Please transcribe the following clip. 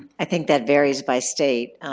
i think that varies by state.